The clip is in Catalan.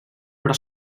però